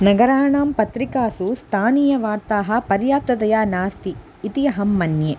नगराणां पत्रिकासु स्थानीयवार्ताः पर्याप्ततया नास्ति इति अहं मन्ये